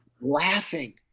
laughing